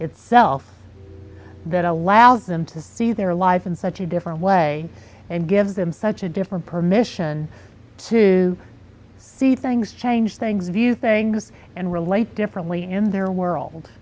itself that allows them to see their life in such a different way and give them such a different permission to see things change things view things and relate differently in their world